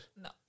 No